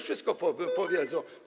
Wszystko już powiedzą.